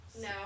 No